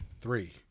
three